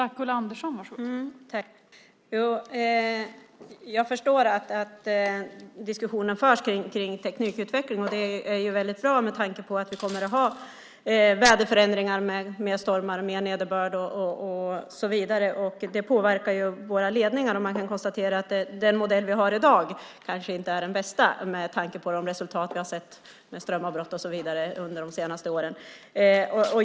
Fru talman! Jag förstår att diskussionen förs om teknikutveckling. Det är bra med tanke på att vi kommer att ha väderförändringar med stormar, nederbörd och så vidare. Det påverkar ju våra ledningar. Den modell vi har i dag är kanske inte den bästa med tanke på de resultat vi har sett med strömavbrott och så vidare under de senaste åren.